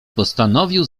postanowił